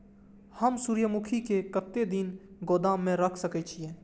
हम सूर्यमुखी के कतेक दिन गोदाम में रख सके छिए?